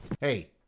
Hey